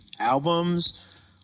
Albums